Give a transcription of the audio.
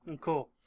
Cool